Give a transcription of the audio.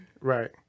Right